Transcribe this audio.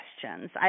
questions